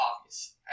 obvious